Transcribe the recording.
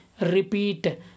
repeat